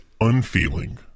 unfeeling